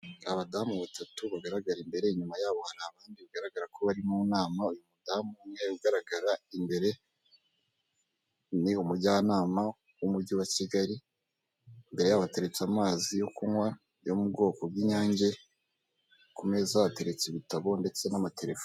Abadamu batatu bagaraga imbere inyuma yabo hari abandi bigaragara ko bari mu nama, uyu mudamu umwe ugaragara imbere ni umujyanama w'umujyi wa Kigali imbere yabo hateretse amazi yo kunywa yo mu bwoko bw'inyange ku meza hateretse ibitabo ndetse n'amatelefone.